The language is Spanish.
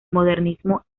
modernismo